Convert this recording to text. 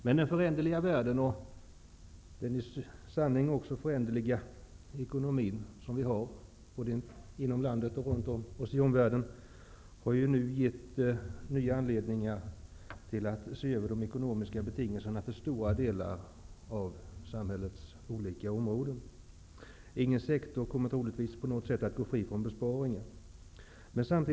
Men den föränderliga världen och också den i sanning föränderliga ekonomin har gett oss ny anledning till att se över de ekonomiska betingelserna när det gäller stora delar av samhällets områden. Det är troligtvis inte någon sektor som kommer att gå fri från besparingar. Herr talman!